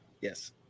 Yes